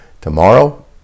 Tomorrow